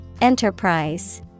Enterprise